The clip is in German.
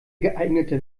geeignete